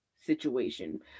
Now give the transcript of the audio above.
situation